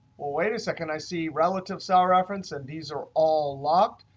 wait a second, i see relative cell reference and these are all locked.